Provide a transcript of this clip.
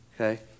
Okay